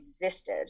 existed